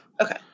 Okay